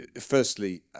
firstly